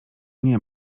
nie